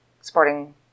sporting